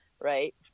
right